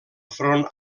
front